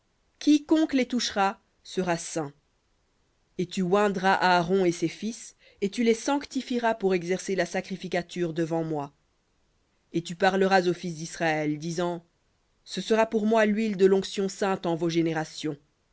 quiconque les touchera sera saint et tu oindras aaron et ses fils et tu les sanctifieras pour exercer la sacrificature devant moi et tu parleras aux fils d'israël disant ce sera pour moi l'huile de l'onction sainte en vos générations